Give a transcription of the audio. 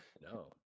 no